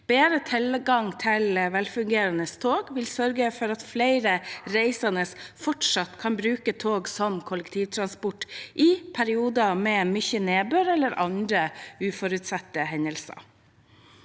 Bedre tilgang til velfungerende tog vil sørge for at flere reisende fortsatt kan bruke tog som kollektivtransport i perioder med mye nedbør eller andre uforutsette hendelser.